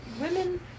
Women